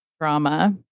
drama